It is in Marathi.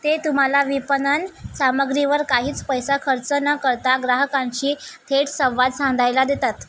ते तुम्हाला विपणन सामग्रीवर काहीच पैसा खर्च न करता ग्राहकांशी थेट संवाद साधायला देतात